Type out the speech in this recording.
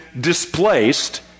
displaced